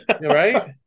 right